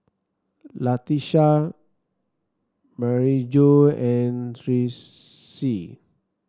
Latesha Maryjo and Tressie